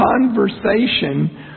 conversation